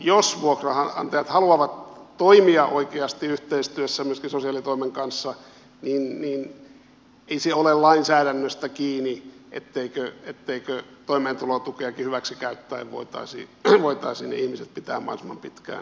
jos vuokranantajat haluavat toimia oikeasti yhteistyössä sosiaalitoimen kanssa niin ei se ole lainsäädännöstä kiinni etteikö toimeentulotukeakin hyväksikäyttäen voitaisi ne ihmiset pitää mahdollisimman pitkään asumassa